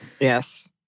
Yes